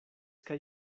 kaj